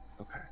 okay